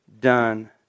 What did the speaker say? done